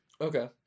Okay